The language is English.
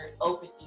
open